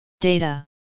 Data